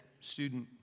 student